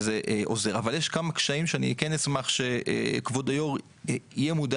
אבל יש כמה קשיים שכן אשמח שכבוד היו"ר יהיה מודע